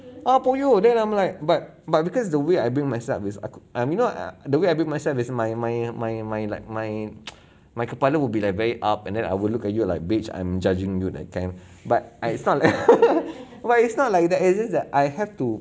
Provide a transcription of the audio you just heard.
ah poyo then I'm like but but because the way I bring myself with aku I'm not the way I bring myself is my my my my like my my kepala would be like very up and then I will look at you like bitch I'm judging you that kind but I it's not like it's not like that it's just that I have to